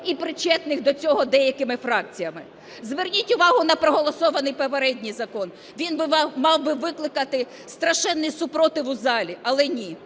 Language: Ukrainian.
і причетних до цього деякими фракціями. Зверніть увагу на проголосований попередній закон. Він мав би викликати страшенний супротив у залі, але ні.